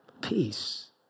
Peace